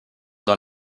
dans